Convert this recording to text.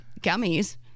gummies